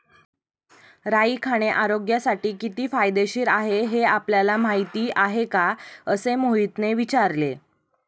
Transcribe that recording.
राई खाणे आरोग्यासाठी किती फायदेशीर आहे हे आपल्याला माहिती आहे का? असे मोहितने विचारले